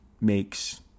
makes